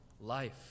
life